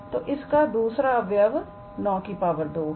तो इसका दूसरा अवयव 9 2 है